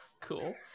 cool